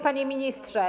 Panie Ministrze!